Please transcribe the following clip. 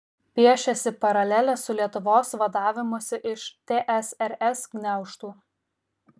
piešiasi paralelė su lietuvos vadavimusi iš tsrs gniaužtų